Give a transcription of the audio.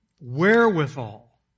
wherewithal